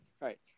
right